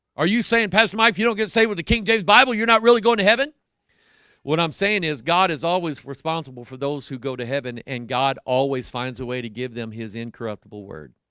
are you saying pastor mike if you don't get to say with the king james bible you're not really going to heaven what i'm saying is god is always responsible for those who go to heaven and god always finds a way to give them his incorruptible word